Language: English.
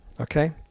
Okay